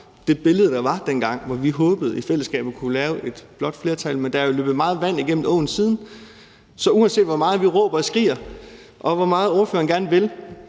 det billede, der var dengang, hvor vi håbede i fællesskab at kunne lave et blåt flertal. Men der er jo løbet meget vand i stranden siden, så uanset hvor meget vi råber og skriger og hvor meget spørgeren gerne vil